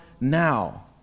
now